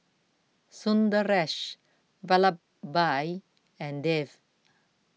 Sundaresh Vallabhbhai and Dev